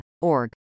org